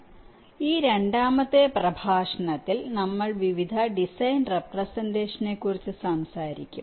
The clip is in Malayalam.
അതിനാൽ ഈ രണ്ടാമത്തെ പ്രഭാഷണത്തിൽ നമ്മൾ വിവിധ ഡിസൈൻ റെപ്രെസെന്റഷനെക്കുറിച്ചു സംസാരിക്കും